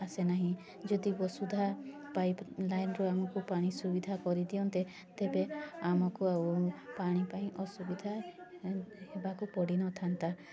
ଆସେନାହିଁ ଯଦି ବସୁଧା ପାଇପ ଲାଇନ୍ରୁ ଆମକୁ ପାଣି ସୁବିଧା କରିଦିଅନ୍ତେ ତେବେ ଆମକୁ ଆଉ ପାଣି ପାଇଁ ଅସୁବିଧା ହେବାକୁ ପଡ଼ିନଥାନ୍ତା